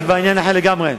זה כבר עניין אחר לגמרי.